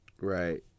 Right